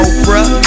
Oprah